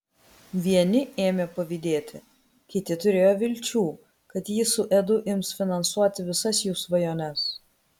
vieni ėmė pavydėti kiti turėjo vilčių kad ji su edu ims finansuoti visas jų svajones